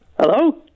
Hello